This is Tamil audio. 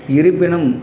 இருப்பினும்